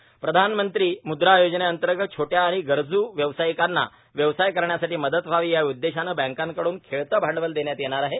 पंतप्रधान मुद्रा योजर्नेतर्गत छोट़या आणि गरजू व्यावसायिकांना व्यवसाय करण्यासाठी मदत व्हावी या उद्देशाने बँकांकडून खेळते भांडवल देण्यात येणार आहे